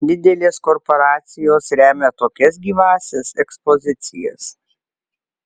didelės korporacijos remia tokias gyvąsias ekspozicijas